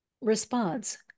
response